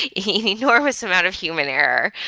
enormous amount of human error,